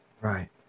Right